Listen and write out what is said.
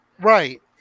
Right